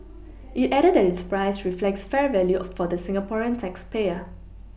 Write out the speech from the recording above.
it added that its price reflects fair value for the Singaporean tax payer